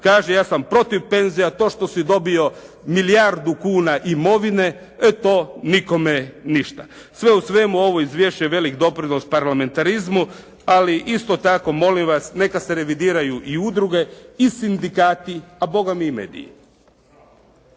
kaže: «Ja sam protiv penzija» a što si dobio milijardu kuna imovine e to nikome ništa. Sve u svemu ovo izvješće je velik doprinos parlamentarizmu ali isto tako molim vas neka se revidiraju i udruge i sindikati a bogami i mediji.